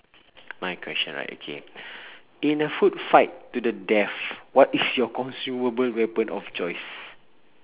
my question right okay in a food fight to the death what is your consumable weapon of choice